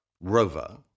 Rover